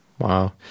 Wow